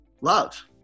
love